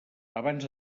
abans